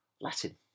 Latin